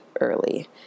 early